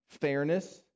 fairness